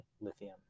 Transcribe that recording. Lithium